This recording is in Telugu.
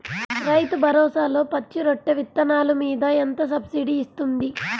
రైతు భరోసాలో పచ్చి రొట్టె విత్తనాలు మీద ఎంత సబ్సిడీ ఇస్తుంది?